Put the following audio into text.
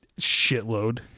Shitload